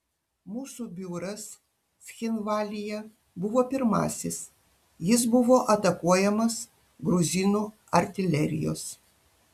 mūsų biuras cchinvalyje buvo pirmasis jis buvo atakuojamas gruzinų artilerijos